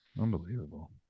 Unbelievable